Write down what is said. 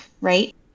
right